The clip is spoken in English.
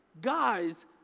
guys